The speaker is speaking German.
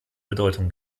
bedeutung